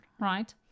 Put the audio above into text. Right